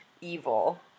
evil